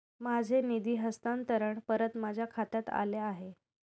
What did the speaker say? माझे निधी हस्तांतरण परत माझ्या खात्यात आले आहे